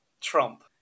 Trump